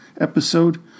episode